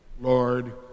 Lord